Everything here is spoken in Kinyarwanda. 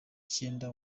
cyenda